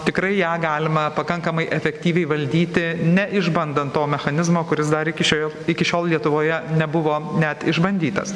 tikrai ją galima pakankamai efektyviai valdyti neišbandant to mechanizmo kuris dar iki šioje iki šiol lietuvoje nebuvo net išbandytas